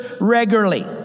regularly